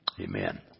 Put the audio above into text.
Amen